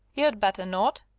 you'd better not,